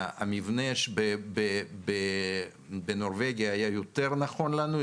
המבנה בנורבגיה היה יותר נכון לנו,